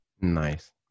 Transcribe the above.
Nice